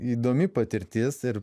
įdomi patirtis ir